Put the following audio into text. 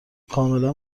کاملا